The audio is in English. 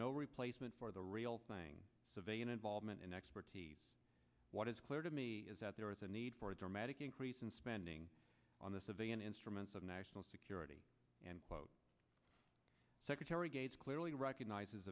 no replacement for the real thing civilian involvement in expertise what is clear to me is that there is a need for a dramatic increase in spending on the civilian instruments of national security and quote secretary gates clearly recognizes